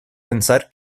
pensar